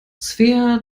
svea